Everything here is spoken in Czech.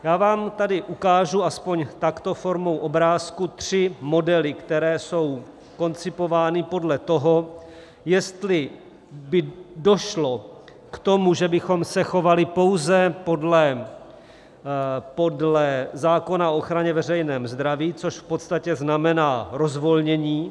Já vám tady ukážu aspoň takto formou obrázků tři modely, které jsou koncipovány podle toho, jestli by došlo k tomu, že bychom se chovali pouze podle zákona o ochraně veřejného zdraví, což v podstatě znamená rozvolnění.